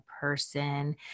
person